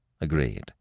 Agreed